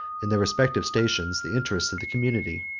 in their respective stations, the interest of the community.